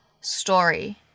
story